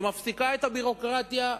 שמפסיקה את הביורוקרטיה,